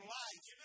life